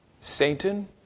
Satan